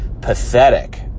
pathetic